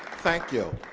thank you.